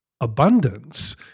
abundance